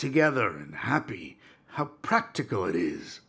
together happy how practical it is